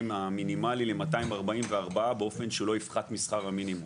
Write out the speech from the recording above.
המינימלי ל-244 באופן שלא יפחת משכר המינימום.